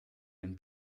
ein